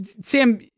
Sam